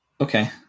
Okay